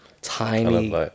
tiny